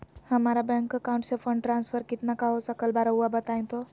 हमरा bank account से fund transfer कितना का हो सकल बा रुआ बताई तो?